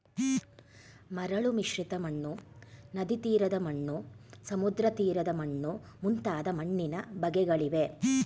ಮರಳು ಮಿಶ್ರಿತ ಮಣ್ಣು, ನದಿತೀರದ ಮಣ್ಣು, ಸಮುದ್ರತೀರದ ಮಣ್ಣು ಮುಂತಾದ ಮಣ್ಣಿನ ಬಗೆಗಳಿವೆ